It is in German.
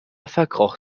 verkroch